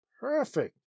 perfect